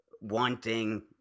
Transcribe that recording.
wanting